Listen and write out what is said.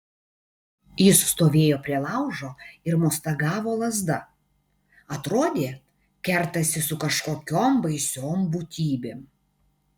jis stovėjo prie laužo ir mostagavo lazda atrodė kertasi su kažkokiom baisiom būtybėm